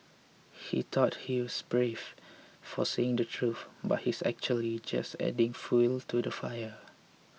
he thought he's brave for saying the truth but he's actually just adding fuel to the fire